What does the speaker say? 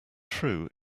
true